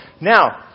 Now